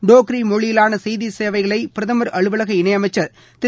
டோக்ரி மொழியிலான செய்தி சேவைகளை பிரதமர் அலுவலக இணையளமச்சர் திரு